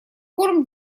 корм